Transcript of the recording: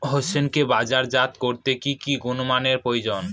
হোসেনকে বাজারজাত করতে কি কি গুণমানের প্রয়োজন?